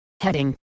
Heading